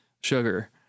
sugar